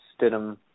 Stidham